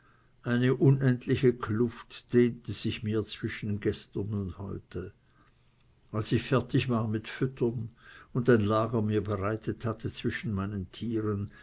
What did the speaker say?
eine unendliche kluft dehnte sich mir zwischen gestern und heute als ich fertig war mit futtern und ein lager mir bereitet hatte zwischen meinen tieren